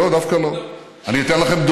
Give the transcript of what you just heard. לא, זו לא הייתה שאלתי.